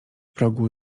progu